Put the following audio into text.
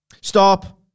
Stop